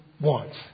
wants